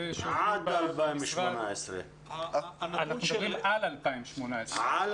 אסף: אנחנו מדברים על 2018. מה